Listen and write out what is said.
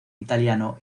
italiano